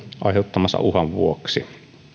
aiheuttamansa uhan vuoksi